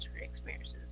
experiences